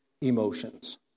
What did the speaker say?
emotions